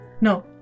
No